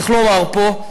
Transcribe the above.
צריך לומר פה,